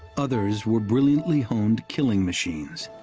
others were brilliantly honed killing machines,